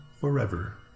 forever